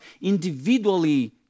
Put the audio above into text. individually